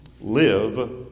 Live